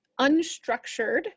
unstructured